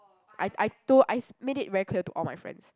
I I told I s~ made it very clear to all my friends